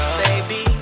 baby